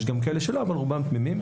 יש גם כאלה שלא, אבל רובם תמימים.